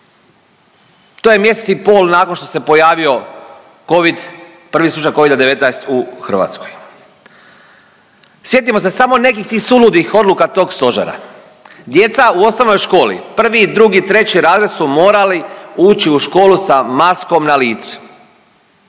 To je mjesec i pol nakon što se pojavio covid, prvi slučaj covida-19 u Hrvatskoj. Sjetimo se samo nekih tih suludih odluka tog Stožera. Djeca u osnovnoj školi prvi, drugi, treći razred su morali ući u školu sa maskom na licu.